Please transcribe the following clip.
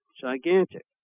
Gigantic